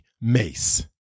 mace